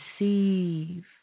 receive